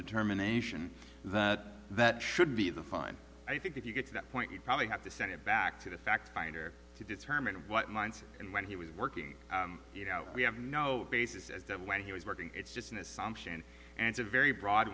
determination that that should be the fine i think if you get to that point you'd probably have to send it back to the fact finder to determine what minds and when he was working you know we have no basis as that when he was working it's just an assumption and answer very broad